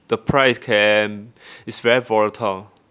the price can is very volatile